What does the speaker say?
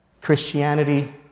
Christianity